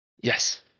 Yes